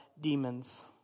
demons